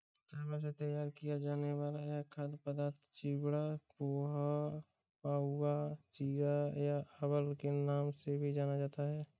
चावल से तैयार किया जाने वाला यह खाद्य पदार्थ चिवड़ा, पोहा, पाउवा, चिरा या अवल के नाम से भी जाना जाता है